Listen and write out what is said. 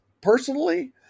personally